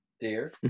Dear